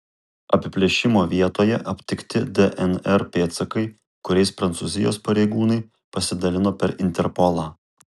apiplėšimo vietoje aptikti dnr pėdsakai kuriais prancūzijos pareigūnai pasidalino per interpolą